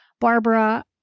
Barbara